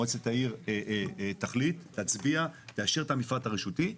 מועצת העיר תחליט, תצביע, תאשר את המפרט הרשותי.